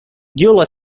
gular